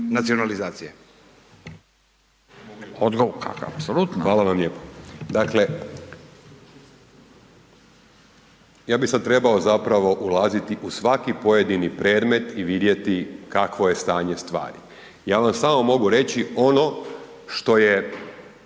ne razumije./... **Jelenić, Dražen** Hvala vam lijepo. Dakle, ja bi sad trebao zapravo ulaziti u svaki pojedini predmet i vidjeti kakvo je stanje stvari. Ja vam samo mogu reći ono što je